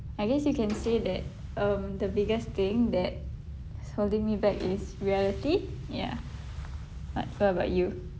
I guess you can say that um the biggest thing that's holding me back is reality ya what what about you